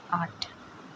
आठ